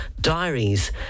diaries